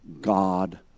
God